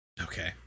Okay